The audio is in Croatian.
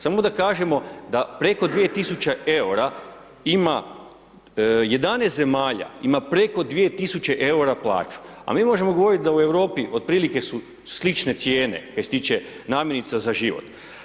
Samo da kažemo da preko 2.000 EUR-a ima 11 zemalja ima preko 2.000 EUR-a plaću, a mi možemo govorit da u Europi od prilike su slične cijene kaj se tiče namirnica za život.